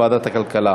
לוועדת הכלכלה